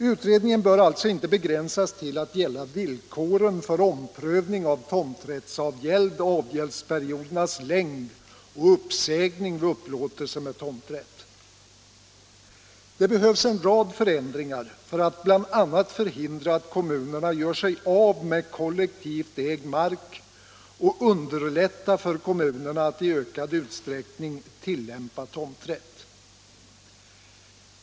Utredningen bör alltså inte begränsas till att gälla villkoren för omprövning av tomträttsavgäld, avgäldsperiodernas längd och uppsägning vid upplåtelse med tomträtt. Det behövs en rad förändringar, bl.a. för att förhindra att kommunerna gör sig av med kollektivt ägd mark och för att underlätta för kommunerna att i ökad utsträckning tillämpa tomträtt.